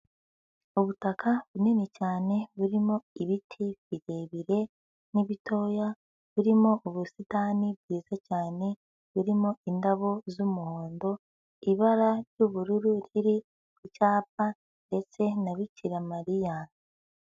Ubutaka bunini cyane burimo ibiti birebire n'ibitoya, birimo ubusitani bwiza cyane, birimo indabo z'umuhondo, ibara ry'ubururu riri ku cyapa ndetse na Bikira Mariya.